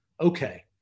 Okay